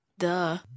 duh